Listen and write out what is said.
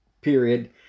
period